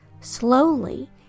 Slowly